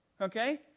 Okay